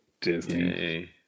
disney